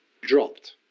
dropped